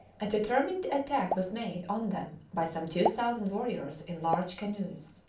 a determined attack was made on them by some two thousand warriors in large canoes.